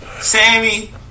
Sammy